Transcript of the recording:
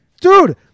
Dude